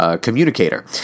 Communicator